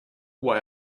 why